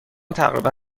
تقریبا